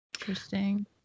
Interesting